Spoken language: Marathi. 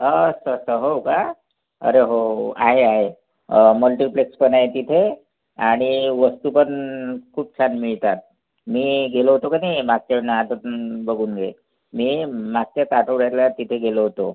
अस्सं अस्सं हो का अरे हो हो आहे आहे मल्टिप्लेक्स पण आहे तिथे आणि वस्तू पण खूप छान मिळतात मी गेलो होतो का नाही मागच्या पासून बघून घे मी मागच्याच आठवड्याला तिथे गेलो होतो